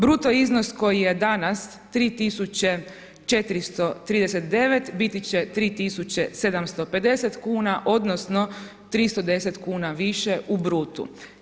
Bruto iznos koji je danas 3.439 biti će 3.750 kuna odnosno 310 kuna više u brutu.